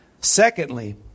Secondly